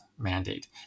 Mandate